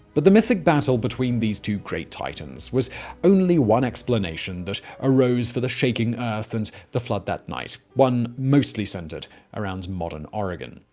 but the mythic battle between these two great titans was only one explanation that arose for the shaking earth and the flood that night one mostly centered around modern oregon.